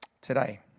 today